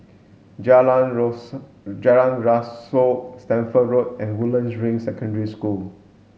Jalan Jalan Rasok Stamford Road and Woodlands Ring Secondary School